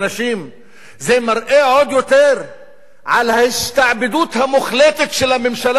זה מראה עוד יותר על ההשתעבדות המוחלטת של הממשלה לבעלי ההון.